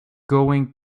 going